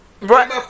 Right